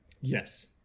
Yes